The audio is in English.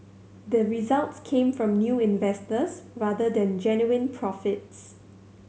the resorts came from new investors rather than genuine profits